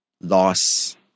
loss